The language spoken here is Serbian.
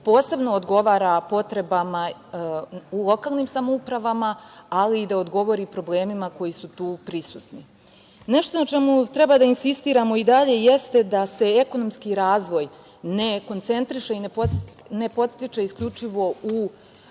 posebno odgovara potrebama u lokalnim samoupravama, ali i da odgovori problemima koji su tu prisutni. Nešto na čemu treba da insistiramo i dalje jeste da se ekonomski razvoj ne koncentriše i ne podstiče isključivo u